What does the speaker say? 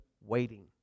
waiting